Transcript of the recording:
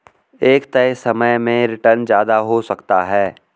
एक तय समय में रीटर्न ज्यादा हो सकता है